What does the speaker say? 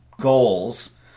goals